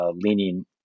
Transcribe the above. leaning